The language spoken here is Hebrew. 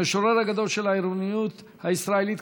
המשורר הגדול של העירוניות הישראלית,